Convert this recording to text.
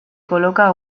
coloca